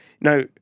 now